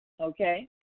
okay